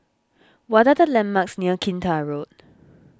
what are the landmarks near Kinta Road